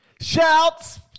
Shouts